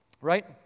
Right